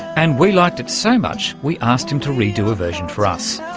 and we liked it so much we asked him to redo a version for us.